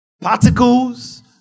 Particles